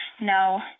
No